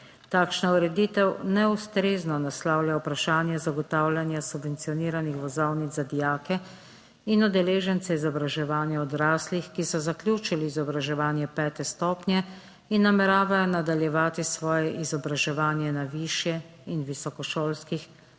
Takšna ureditev neustrezno naslavlja vprašanje zagotavljanja subvencioniranih vozovnic za dijake in udeležence izobraževanja odraslih, ki so zaključili izobraževanje pete stopnje in nameravajo nadaljevati svoje izobraževanje na višje in visokošolskih